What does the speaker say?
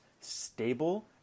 stable